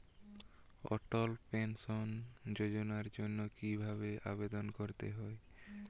অটল pension যোজনার জন্য কি ভাবে আবেদন করতে হয়?